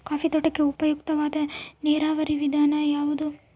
Coffee ತೋಟಕ್ಕೆ ಉಪಯುಕ್ತವಾದ ನೇರಾವರಿ ವಿಧಾನ ಯಾವುದು?